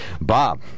Bob